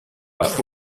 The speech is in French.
pas